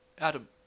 Adam